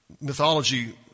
mythology